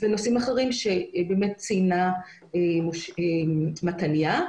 ונושאים אחרים שציינה מתניה.